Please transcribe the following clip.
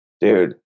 Dude